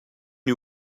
you